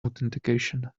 authentication